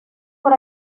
por